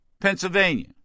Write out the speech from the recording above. Pennsylvania